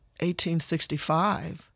1865